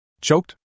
Choked